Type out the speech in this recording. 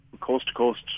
coast-to-coast